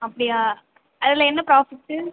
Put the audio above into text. அப்படியா அதில் என்ன ப்ராஃபிட்டு